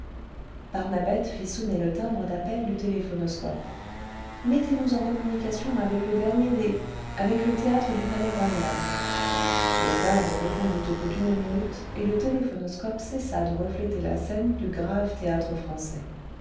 fit sonner le timbre d'appel du téléphonoscope ce mettez nous en communication avec le dernier des avec le théâtre du palais-royal le timbre répondit au bout d'une minute et le téléphonoscope cessa de refléter la scène du grave